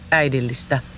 äidillistä